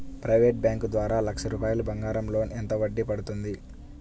Private bank ద్వారా లక్ష రూపాయలు బంగారం లోన్ ఎంత వడ్డీ పడుతుంది?